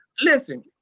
listen